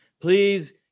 Please